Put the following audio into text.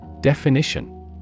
Definition